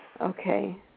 Okay